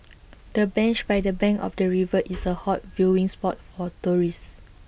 the bench by the bank of the river is A hot viewing spot for tourists